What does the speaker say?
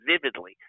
vividly